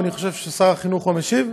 ואני חושב ששר החינוך הוא המשיב,